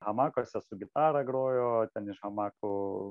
hamakuose su gitara grojo ten iš hamakų